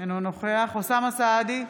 אינו נוכח אוסאמה סעדי,